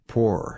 Poor